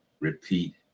repeat